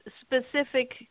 specific